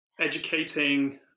educating